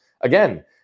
Again